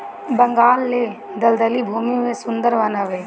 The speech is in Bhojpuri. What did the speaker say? बंगाल ले दलदली भूमि में सुंदर वन हवे